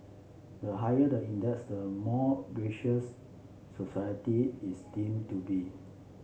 the higher the index the more gracious society is deemed to be